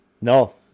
No